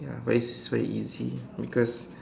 ya but it's very easy because